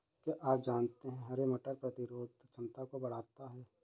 क्या आप जानते है हरे मटर प्रतिरोधक क्षमता को बढ़ाता है?